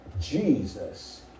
Jesus